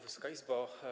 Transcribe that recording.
Wysoka Izbo!